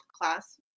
class